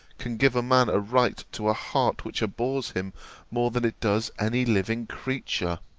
can give a man a right to a heart which abhors him more than it does any living creature?